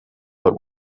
but